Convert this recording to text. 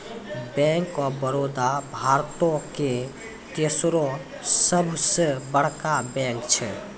bank of Baroda भारतो के तेसरो सभ से बड़का बैंक छै